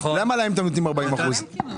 למה להם אתם נותנם ארבעים אחוזים?